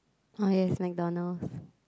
oh yes MacDonald's